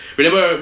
remember